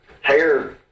hair